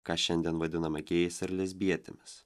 ką šiandien vadiname gėjais ir lesbietėmis